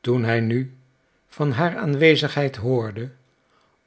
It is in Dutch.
toen hij nu van haar aanwezigheid hoorde